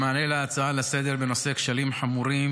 במענה על ההצעה לסדר-היום בנושא: כשלים חמורים